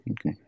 Okay